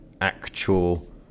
actual